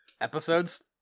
Episodes